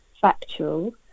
factual